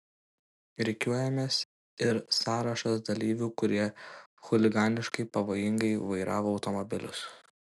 rikiuojamas ir sąrašas dalyvių kurie chuliganiškai pavojingai vairavo automobilius